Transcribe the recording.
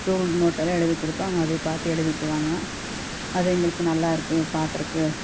ruled நோட்லெல்லாம் எழுதி கொடுத்தா அவங்க அதை பார்த்து எழுதிக்குவாங்க அது எங்களுக்கு நல்லாருக்குது பார்க்குறக்கு